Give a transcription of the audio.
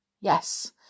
Yes